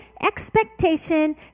expectation